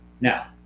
now